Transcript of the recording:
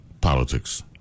politics